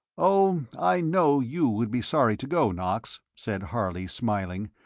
oh, i know you would be sorry to go, knox, said harley, smiling,